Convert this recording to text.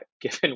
given